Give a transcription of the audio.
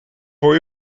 voor